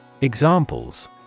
Examples